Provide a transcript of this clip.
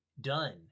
done